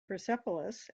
persepolis